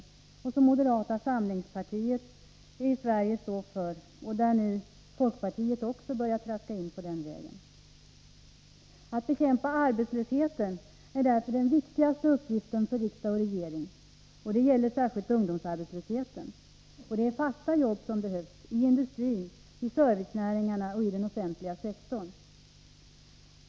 För de värderingarna står moderata samlingspartiet i Sverige, och folkpartiet börjar också traska in på den vägen. Att bekämpa arbetslösheten är därför den viktigaste uppgiften för riksdag och regering, och det gäller särskilt ungdomsarbetslösheten. Det är fasta jobb som behövs i industrin, i servicenäringarna och i den offentliga sektorn.